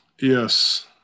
Yes